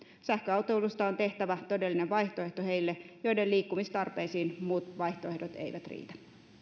sähköautoilusta on tehtävä todellinen vaihtoehto heille joiden liikkumistarpeisiin muut vaihtoehdot eivät riitä